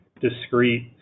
discrete